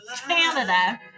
Canada